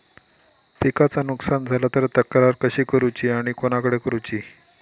पिकाचा नुकसान झाला तर तक्रार कशी करूची आणि कोणाकडे करुची?